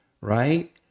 right